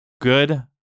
good